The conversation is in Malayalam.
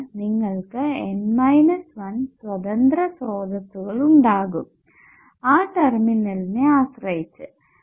എന്നിട് നിങ്ങൾക്ക് N 1സ്വതന്ത്ര സ്രോതസ്സുകൾ ഉണ്ടാകും ആ ടെർമിനലിനെ ആശ്രയിച്ചു